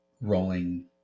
rolling